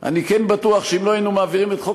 ואני כן בטוח שאם לא היינו מעבירים את חוק